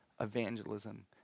evangelism